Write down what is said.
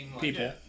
people